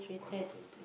one two thr~